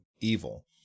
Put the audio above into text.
evil